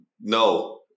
no